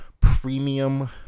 premium